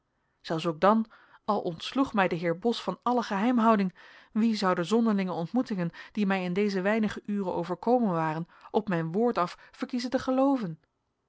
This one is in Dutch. zelfs ook dan al ontsloeg mij de heer bos van alle geheimhouding wie zou de zonderlinge ontmoetingen die mij in deze weinige uren overkomen waren op mijn woord af verkiezen te gelooven